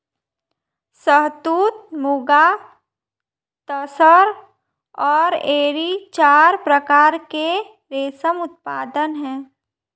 शहतूत, मुगा, तसर और एरी चार प्रकार के रेशम उत्पादन हैं